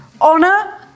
Honor